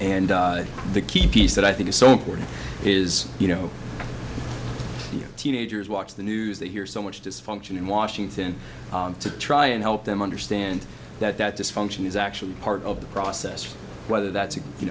and the key piece that i think is so important is you know your teenagers watch the news they hear so much dysfunction in washington to try and help them understand that that dysfunction is actually part of the process whether that's you